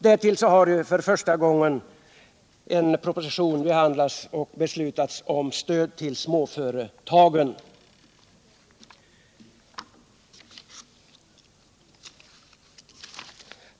Därtill har vi i anledning av en proposition för första gången beslutat om stöd till småföretagen.